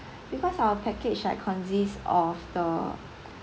because our package like consists of the